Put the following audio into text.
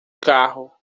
carro